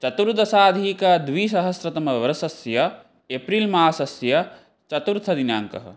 चतुर्दशाधिकद्विसहस्रतमवर्षस्य एप्रिल्मासस्य चतुर्थदिनाङ्कः